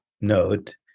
note